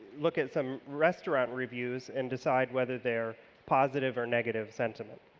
look at some restaurant reviews and decide whether they're positive or negative sentiment.